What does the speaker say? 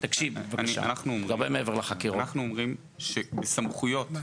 אנחנו אומרים שהסמכויות,